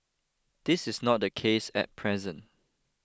this is not the case at present